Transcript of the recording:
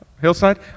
Hillside